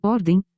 Ordem